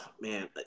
man